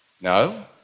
No